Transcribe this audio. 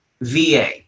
VA